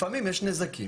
לפעמים יש נזקים